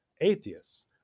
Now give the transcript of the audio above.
Atheists